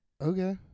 Okay